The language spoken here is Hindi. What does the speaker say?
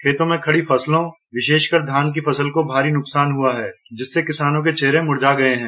खेतों में खड़ी फसलों विशेषकर धान की फसल को भारी नुकसान हुआ है जिससे किसानों के चेहरे मुरझा गये हैं